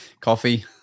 Coffee